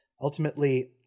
Ultimately